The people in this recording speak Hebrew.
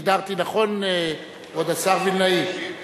הגדרתי נכון, כבוד השר וילנאי,